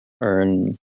earn